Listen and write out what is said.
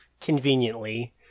conveniently